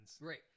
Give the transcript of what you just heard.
Right